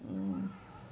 mm